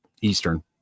eastern